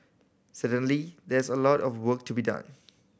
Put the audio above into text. certainly there's a lot of work to be done